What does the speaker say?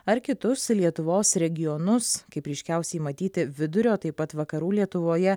ar kitus lietuvos regionus kaip ryškiausiai matyti vidurio taip pat vakarų lietuvoje